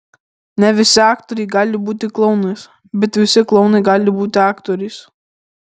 ne visi aktoriai gali būti klounais bet visi klounai gali būti aktoriais